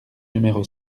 numéro